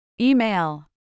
Email